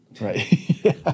Right